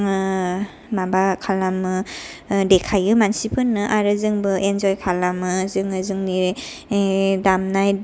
माबा खालामो देखायो मानसि फोरनो आरो जों बो इनजय खालामो जोङो जोंनि दामनाय देनाय